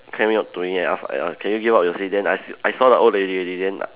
came up to me and ask uh can you give up your seat then I s~ I saw the old lady already then